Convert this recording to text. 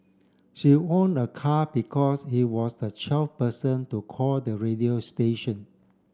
she won a car because he was the twelfth person to call the radio station